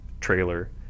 trailer